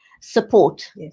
support